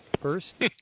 First